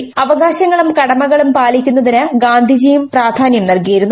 പങ്ക് അവകാശങ്ങളും കടമകളും പാലിക്കുന്നതിന് ഗാന്ധിജിയും പ്രധാനൃം നൽകിയിരുന്നു